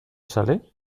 sale